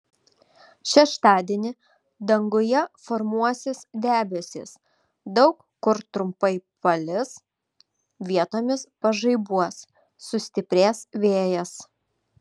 šeštadienį danguje formuosis debesys daug kur trumpai pails vietomis pažaibuos sustiprės vėjas